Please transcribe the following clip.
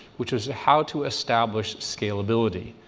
which was how to establish scalability.